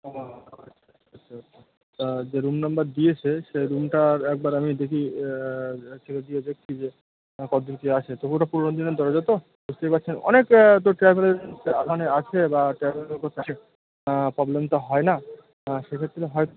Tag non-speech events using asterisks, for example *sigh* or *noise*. ও আচ্ছা আচ্ছা তা যে রুম নম্বর দিয়েছে সেই রুমটার একবার আমি দেখি *unintelligible* দেখছি যে কত দূর কি আছে তবুও ওটা পুরনো দিনের দরজা তো বুঝতেই পাচ্ছেন অনেক তো ট্রাভেলার মানে আসে বা ট্রাভেল করতে আসে প্রবলেম তো হয় না সে ক্ষেত্রে হয়